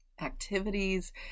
activities